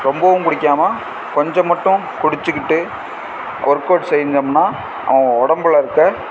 ரொம்பவும் குடிக்காமல் கொஞ்சம் மட்டும் குடிச்சுக்கிட்டு ஒர்க் அவுட் செஞ்சோம்னால் அவன் உடம்புல இருக்கற